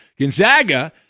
Gonzaga